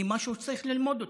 היא משהו שצריך ללמוד אותו.